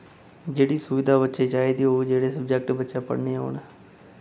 जेह्ड़ी सुविधा बच्चे चाहिदी ओह् जेह्ड़े सब्जैक्ट बच्चें पढ़ने होन